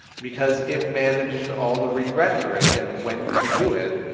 because it manages all the re-rendering and when to do it.